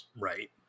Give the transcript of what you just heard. Right